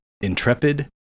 intrepid